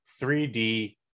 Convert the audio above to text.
3d